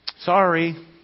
Sorry